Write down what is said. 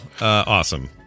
awesome